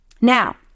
Now